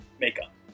makeup